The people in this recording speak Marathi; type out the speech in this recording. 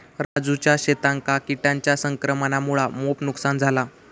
राजूच्या शेतांका किटांच्या संक्रमणामुळा मोप नुकसान झाला